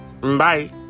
Bye